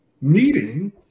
meeting